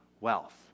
wealth